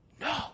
No